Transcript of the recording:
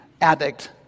addict